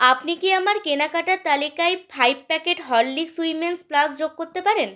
আপনি কি আমার কেনাকাটার তালিকায় five packet Horlicks women's plus যোগ করতে পারেন